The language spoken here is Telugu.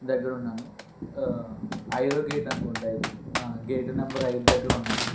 దగ్గరున్నాను ఐదో గేట్ అనుకుంటా ఇది గేటు నంబర్ ఐదు దగ్గర ఉన్నాను